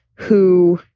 who